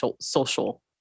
social